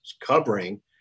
covering